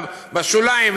בשוליים,